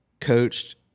coached